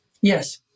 Yes